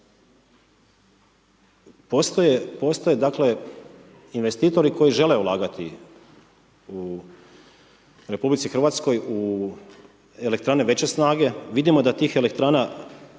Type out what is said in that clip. dakle investitori koji žele ulagati u RH u elektrane veće snage, vidimo da tih elektrana